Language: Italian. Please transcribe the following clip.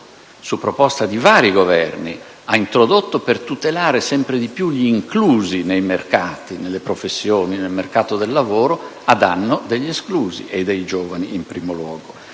su proposta di vari Governi, per tutelare sempre di più gli inclusi nei mercati, nelle professioni e nel mercato del lavoro, a danno degli esclusi e, in primo luogo,